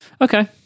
Okay